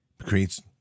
creates